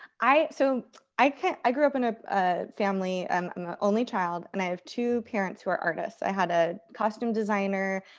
so i i grew up in ah a family. i'm an only child and i have two parents who are artists. i had a costume designer,